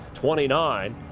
twenty nine.